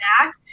back